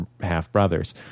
half-brothers